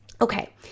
Okay